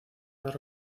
las